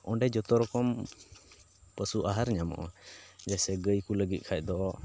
ᱚᱸᱰᱮ ᱡᱚᱛᱚ ᱨᱚᱠᱚᱢ ᱯᱚᱥᱩ ᱟᱦᱟᱨ ᱧᱟᱢᱚᱜᱼᱟ ᱡᱮᱭᱥᱮ ᱜᱟᱹᱭ ᱠᱚ ᱞᱟᱹᱜᱤᱫ ᱠᱷᱟᱡ ᱫᱚ